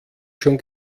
schon